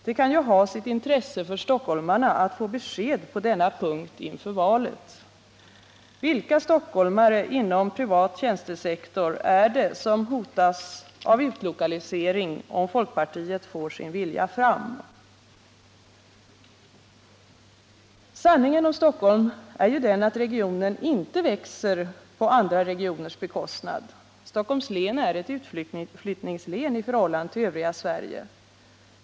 Det kan ju ha sitt intresse för stockholmarna att få besked på denna punkt inför 3 Vilka stockholmare inom privat tjänstesektor är det som hotas av utlokalisering om folkpartiet får sin vilja fram? Sanningen om Stockholm är ju den att regionen inte växer på andra regioners bekostnad. Stockholms län är ett utflyttningslän i förhållande till övriga Sverige.